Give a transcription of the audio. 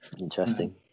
Interesting